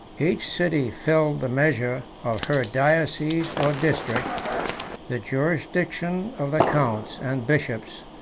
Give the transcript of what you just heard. each city filled the measure of her diocese or district the jurisdiction of the counts and bishops,